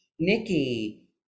Nikki